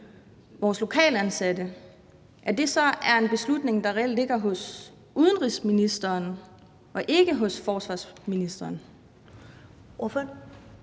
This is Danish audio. vores lokalt ansatte, at det så er en beslutning, der reelt ligger hos udenrigsministeren og ikke hos forsvarsministeren.